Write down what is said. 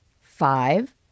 Five